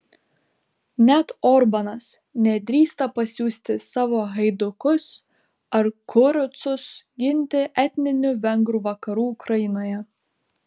net orbanas nedrįsta pasiųsti savo haidukus ar kurucus ginti etninių vengrų vakarų ukrainoje